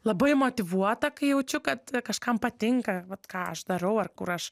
labai motyvuota kai jaučiu kad kažkam patinka vat ką aš darau ar kur aš